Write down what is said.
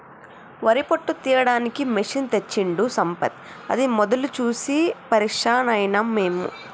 వరి పొట్టు తీయడానికి మెషిన్ తెచ్చిండు సంపత్ అది మొదలు చూసి పరేషాన్ అయినం మేము